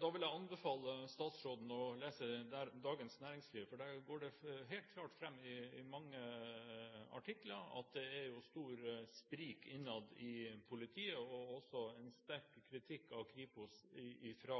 Da vil jeg anbefale statsråden å lese Dagens Næringsliv. Der går det helt klart fram i mange artikler at det er stor sprik innad i politiet, og også en sterk kritikk av Kripos fra